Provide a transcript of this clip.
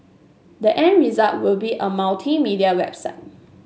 the end result will be a multimedia website